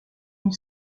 une